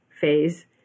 phase